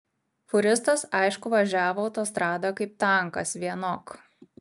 fūristas aišku važiavo autostrada kaip tankas vienok